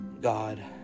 God